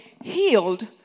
healed